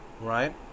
right